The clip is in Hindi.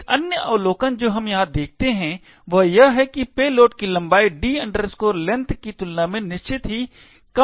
एक अन्य अवलोकन जो हम यहां देखते हैं वह यह है कि पेलोड की लंबाई d length की तुलना में निश्चित ही कम होनी चाहिए